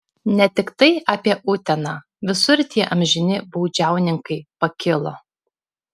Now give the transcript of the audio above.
ne tiktai apie uteną visur tie amžini baudžiauninkai pakilo